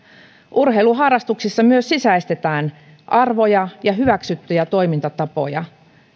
urheiluharrastuksissa myös sisäistetään arvoja ja hyväksyttyjä toimintatapoja